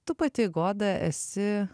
tu pati goda esi